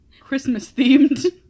Christmas-themed